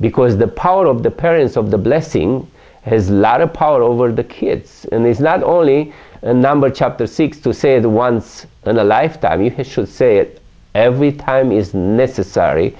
because the power of the parents of the blessing has a lot of power over the kids and is not only a number chapter six to say the once in a lifetime you think should say it every time is necessary